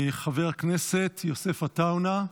חבר הכנסת יוסף עטאונה,